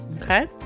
Okay